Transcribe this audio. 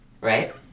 right